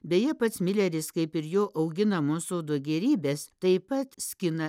beje pats mileris kaip ir jo auginamos sodo gėrybės taip pat skina